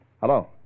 Hello